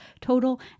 total